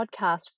podcast